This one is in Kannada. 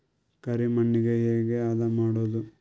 ಕರಿ ಮಣ್ಣಗೆ ಹೇಗೆ ಹದಾ ಮಾಡುದು?